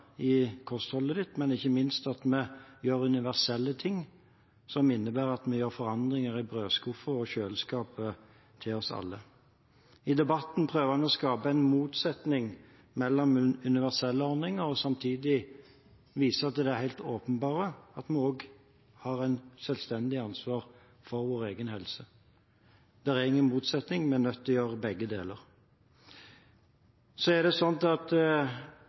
i kostholdet ditt, men ikke minst at vi gjør universelle ting som innebærer at vi gjør forandringer i brødskuffen og kjøleskapet til oss alle. I debatten prøver en å skape en motsetning mellom universelle ordninger og det helt åpenbare som en viser til, at vi også har et selvstendig ansvar for vår egen helse. Det er ingen motsetning, vi er nødt til å gjøre begge deler. Arbeiderpartiet prøver å framstille det